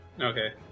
Okay